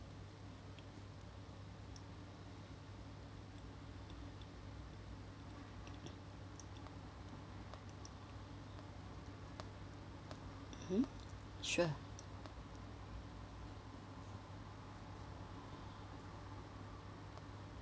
mmhmm sure